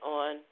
on